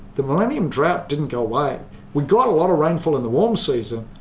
the millennium drought didn't go away. we got a lot of rainfall in the warm season,